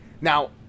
Now